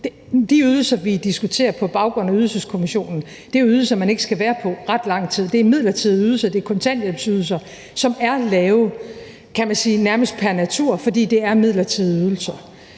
de ydelser, vi diskuterer på baggrund af Ydelseskommissionens anbefalinger, er jo ydelser, man ikke skal være på i ret lang tid; det er midlertidige ydelser, det er kontanthjælpsydelser, som er lave – nærmest pr. natur, kan man sige – fordi det er midlertidige ydelser.